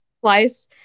slice